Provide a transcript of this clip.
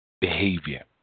Behavior